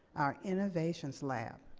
our innovations lab.